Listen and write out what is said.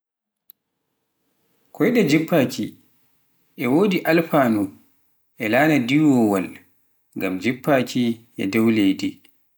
koyɗe jiffaaki e wodi alfanu e laana diwoowal, ngam jiffaki e dow leydi